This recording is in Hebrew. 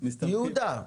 יהודה,